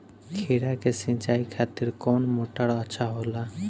खीरा के सिचाई खातिर कौन मोटर अच्छा होला?